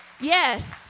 Yes